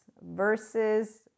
versus